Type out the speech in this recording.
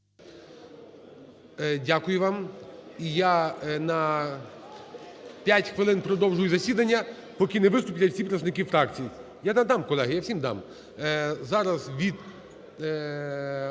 Дякую вам. І я на 5 хвилин продовжую засідання, поки не виступлять всі представники фракцій. Я надам, колеги, я всім дам. Зараз від,